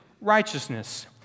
righteousness